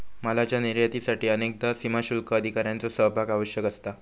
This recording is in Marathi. मालाच्यो निर्यातीसाठी अनेकदा सीमाशुल्क अधिकाऱ्यांचो सहभाग आवश्यक असता